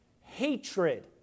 hatred